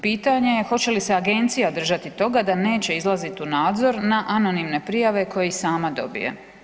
Pitanje je hoće li se agencija držati toga da neće izlazit u nadzor na anonimne prijave koje i sama dobije?